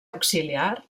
auxiliar